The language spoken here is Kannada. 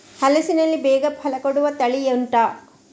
ಹಲಸಿನಲ್ಲಿ ಬೇಗ ಫಲ ಕೊಡುವ ತಳಿ ಉಂಟಾ